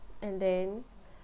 and then